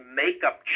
makeup